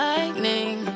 Lightning